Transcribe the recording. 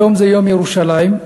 היום יום ירושלים.